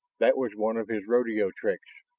that was one of his rodeo tricks.